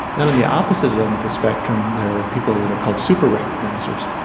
then in the opposite end of the spectrum there are people that are called super-recognisers,